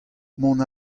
mont